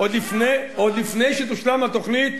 עוד לפי שתושלם התוכנית,